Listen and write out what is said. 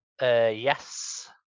Yes